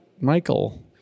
Michael